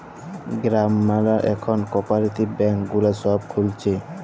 গ্রাম ম্যালা এখল cooperative bank গুলা সব খুলছে